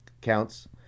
counts